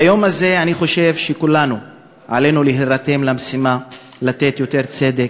ביום הזה אני חושב שעל כולנו להירתם למשימה לתת יותר צדק,